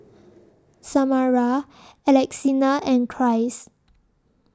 Samara Alexina and Christ